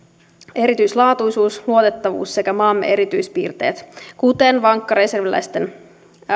erityislaatuisuus ja luotettavuus sekä maamme erityispiirteet kuten vankka reserviläisten